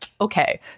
okay